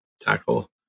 tackle